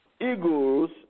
eagles